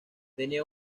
tenía